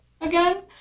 again